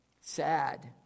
Sad